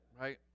Right